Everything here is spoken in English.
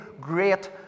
great